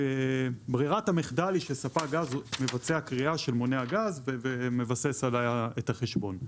שברירת המחדל היא שספק גז מבצע קריאה של מונה הגז ומבסס עליה את החשבון.